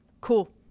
cool